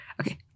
Okay